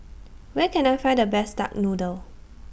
Where Can I Find The Best Duck Noodle